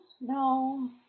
No